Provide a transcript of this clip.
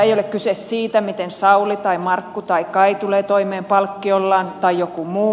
ei ole kyse siitä miten sauli tai markku tai kaj tulee toimeen palkkiollaan tai joku muu